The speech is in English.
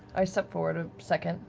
i step forward a second.